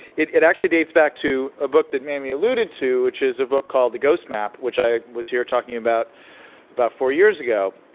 it it actually dates back to ah book that amy alluded to, which is a book called the ghost map, which i was here talking about but four years ago.